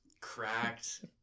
cracked